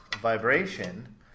vibration